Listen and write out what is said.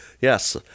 yes